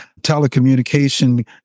telecommunication